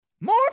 more